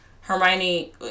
hermione